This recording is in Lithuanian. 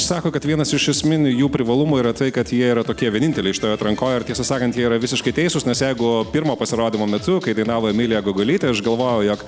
sako kad vienas iš esminių jų privalumų yra tai kad jie yra tokie vieninteliai šitoj atrankoj ir tiesą sakant jie yra visiškai teisūs nes jeigu pirmo pasirodymo metu kai dainavo emilija gogolytė aš galvojau jog